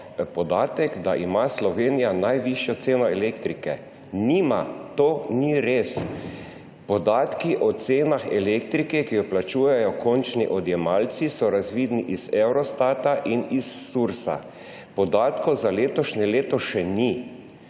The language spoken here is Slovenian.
podatek, da ima Slovenija najvišjo ceno elektrike. Nima. To ni res. Podatki o cenah elektrike, ki jo plačujejo končni odjemalci, so razvidni iz Eurostata in iz Sursa. Podatkov za letošnje leto še ni.